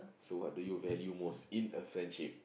so what do you value most in a friendship